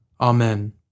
Amen